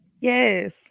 Yes